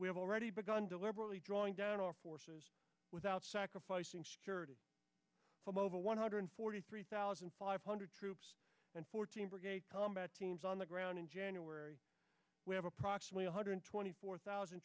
we have already begun deliberately drawing down our forces without sacrificing security from over one hundred forty three thousand five hundred troops and fourteen brigade combat teams on the ground in january we have approximately one hundred twenty four thousand